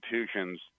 institutions